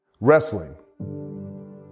Wrestling